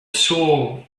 soul